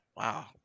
Wow